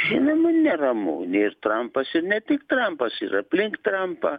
žinoma neramu trampas ir ne tik trampas ir aplink trampą